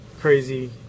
crazy